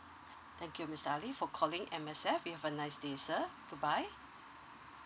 thank you mister ali for calling M_S_F you have a nice day sir good bye